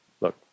look